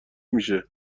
میشه